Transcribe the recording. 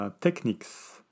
techniques